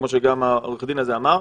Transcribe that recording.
כמו שגם העורך דין הזה אמר,